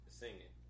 singing